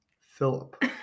Philip